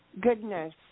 goodness